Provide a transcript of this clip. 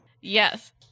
yes